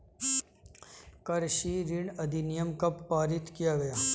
कृषि ऋण अधिनियम कब पारित किया गया?